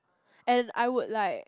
and I would like